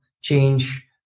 change